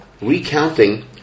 recounting